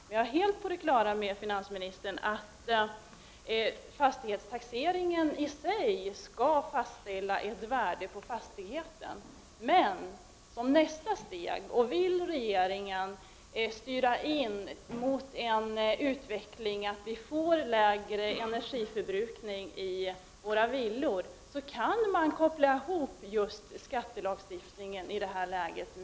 Men jag är helt på det klara med, finansministern, att fastighetstaxeringen i sig skall fastställa ett värde på fastigheten. Jag vill dock fråga finansministern om regeringen som ett nästa steg genom en hopkoppling av skattelagstiftningen med fastighetstaxeringen vill styra över mot en utveckling som leder till lägre energiförbrukning i villorna.